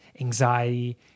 anxiety